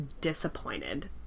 disappointed